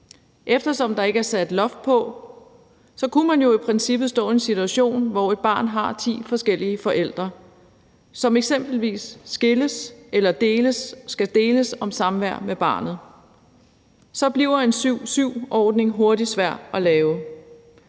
Eftersom der ikke er sat et loft på, kunne man jo i princippet stå i en situation, hvor et barn har ti forskellige forældre, som eksempelvis skilles og skal deles om samværet med barnet. Så bliver en 7-7-ordning hurtigt svær at lave.